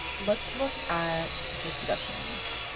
let's look at discussions.